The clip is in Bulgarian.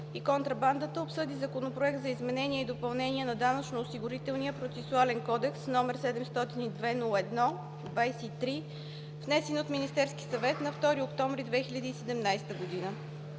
и контрабандата обсъди Законопроект за изменение и допълнение на Данъчно-осигурителния процесуален кодекс, № 702-01-23, внесен от Министерския съвет на 2 октомври 2017 г.